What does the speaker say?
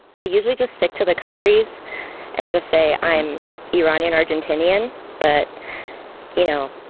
i usually just stick to the countries and just say i'm iranian-argentinean. but you know,